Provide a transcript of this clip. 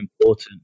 important